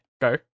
Go